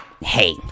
hey